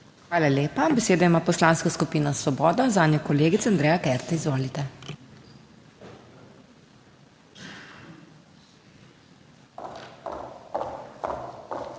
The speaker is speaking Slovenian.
Hvala lepa. Besedo ima Poslanska skupina Svoboda, zanjo kolegica Andreja Kert. Izvolite.